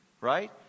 Right